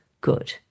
good